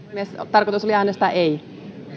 tarkoitus oli äänestää ei